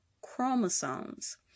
chromosomes